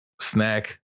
snack